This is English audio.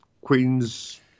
queen's